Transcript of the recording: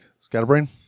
Scatterbrain